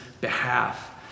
behalf